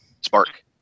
Spark